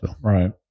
Right